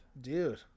dude